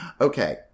Okay